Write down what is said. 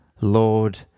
Lord